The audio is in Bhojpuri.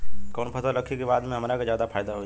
कवन फसल रखी कि बाद में हमरा के ज्यादा फायदा होयी?